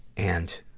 and